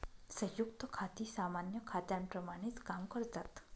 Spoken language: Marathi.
संयुक्त खाती सामान्य खात्यांप्रमाणेच काम करतात